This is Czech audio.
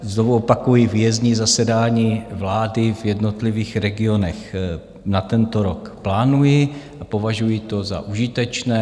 Znovu opakuji, výjezdní zasedání vlády v jednotlivých regionech na tento rok plánuji a považuji to za užitečné.